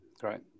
great